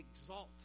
exalt